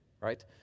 right